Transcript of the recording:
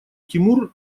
тимур